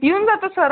येऊन जातो सर